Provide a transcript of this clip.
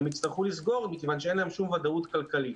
הם יצטרכו לסגור מכיוון שאין להם שום ודאות כלכלית.